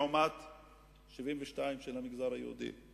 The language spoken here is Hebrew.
לעומת 72% מהמגזר היהודי.